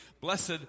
Blessed